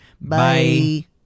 Bye